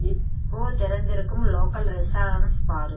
இப்போது திறந்திருக்கும் local restaurants பார்